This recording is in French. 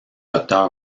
docteur